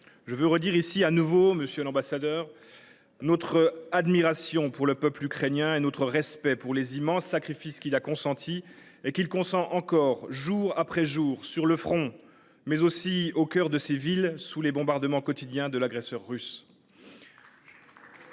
Je veux dire ici de nouveau à M. l’ambassadeur d’Ukraine notre admiration pour le peuple ukrainien et notre respect pour les immenses sacrifices qu’il a consentis et qu’il consent encore, jour après jour, non seulement sur le front, mais aussi au cœur de ses villes, sous les bombardements quotidiens de l’agresseur russe.